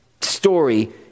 story